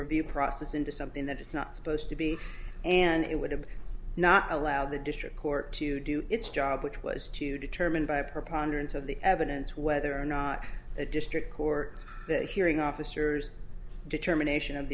review process into something that it's not supposed to be and it would have not allowed the district court to do its job which was to determine by a preponderance of the evidence whether or not the district court the hearing officers determination of